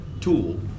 tool